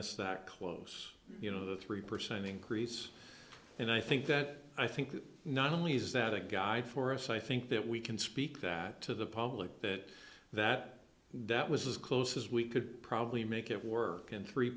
us that close you know the three percent increase and i think that i think not only is that a guy for us i think that we can speak that to the public that that that was as close as we could probably make it work in three